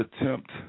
attempt –